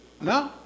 No